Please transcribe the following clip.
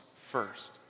first